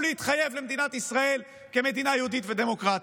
להתחייב למדינת ישראל כמדינה יהודית ודמוקרטית.